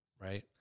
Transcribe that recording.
right